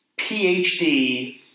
PhD